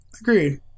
Agreed